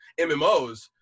MMOs